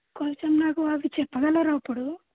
కొంచెం నాకు అవి చెప్పగలరా ఇప్పుడు